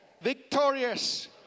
victorious